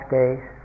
days